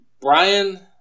Brian